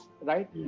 right